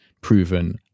proven